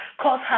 Cause